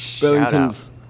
Burlington's